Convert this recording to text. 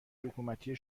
حکومتی